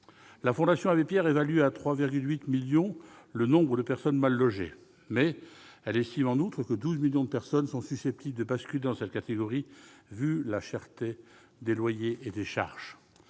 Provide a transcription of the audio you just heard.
La Fondation Abbé Pierre évalue à 3,8 millions le nombre de personnes mal logées, mais elle estime en outre que 12 millions de personnes sont susceptibles de basculer dans cette catégorie, au vu de la cherté des loyers et des charges.